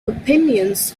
opinions